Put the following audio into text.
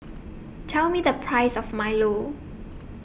Tell Me The Price of Milo